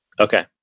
Okay